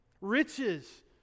riches